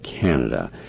Canada